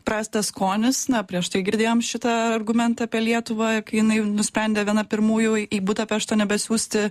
prastas skonis na prieš tai girdėjom šitą argumentą apie lietuvą kai jinai nusprendė viena pirmųjų į budapeštą nebesiųsti